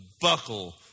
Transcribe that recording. buckle